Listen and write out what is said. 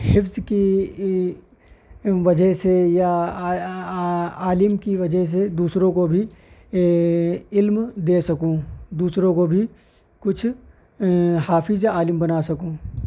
حفظ کی وجہ سے یا عالم کی وجہ سے دوسروں کو بھی علم دے سکوں دوسروں کو بھی کچھ حافظ یا عالم بنا سکوں